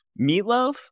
Meatloaf